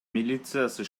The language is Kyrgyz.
милициясы